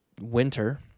winter